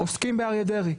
עוסקים באריה דרעי.